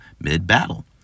mid-battle